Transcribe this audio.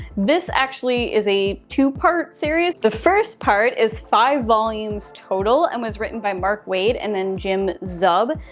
this actually is a two part series. the first part is five volumes total and was written by mark waid, and then jim zub.